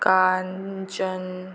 Kanchan